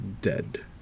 dead